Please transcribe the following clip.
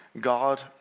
God